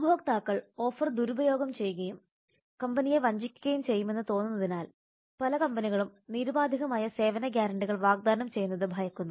ഉപഭോക്താക്കൾ ഓഫർ ദുരുപയോഗം ചെയ്യുകയും കമ്പനിയെ വഞ്ചിക്കുകയും ചെയ്യുമെന്ന് തോന്നുന്നതിനാൽ പല കമ്പനികളും നിരുപാധികമായ സേവന ഗ്യാരണ്ടികൾ വാഗ്ദാനം ചെയ്യുന്നത് ഭയക്കുന്നു